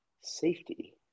safety